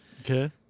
Okay